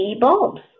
bulbs